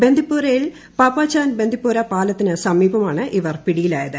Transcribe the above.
ബന്ദിപ്പോരയിൽ പാപാചാൻ ബന്ദിപ്പോറ പാലത്തിന് സമീപമാണ് ഇവർ പിടിയിലായത്